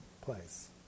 place